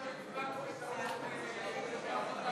אנחנו הצבענו בטעות באותו